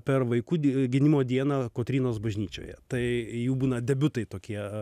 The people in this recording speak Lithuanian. per vaikų gynimo dieną kotrynos bažnyčioje tai jų būna debiutai tokie